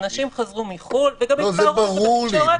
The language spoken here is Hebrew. אנשים חזרו מחו"ל --- לא, זה ברור לי.